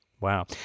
Wow